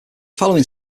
following